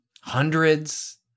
hundreds